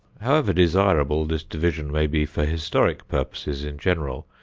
however desirable this division may be for historic purposes in general,